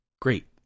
great